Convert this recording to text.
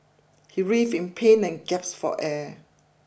he writhed in pain and for air